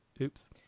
Oops